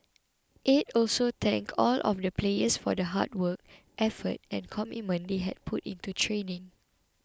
aide also thanked all of the players for the hard work effort and commitment they had put into training